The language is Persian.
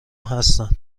هستن